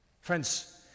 Friends